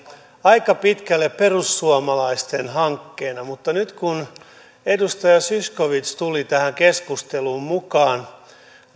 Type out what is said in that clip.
aika pitkälle perussuomalaisten hankkeena mutta nyt kun edustaja zyskowicz tuli tähän keskusteluun mukaan